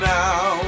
now